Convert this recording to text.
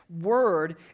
word